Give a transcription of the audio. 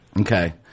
Okay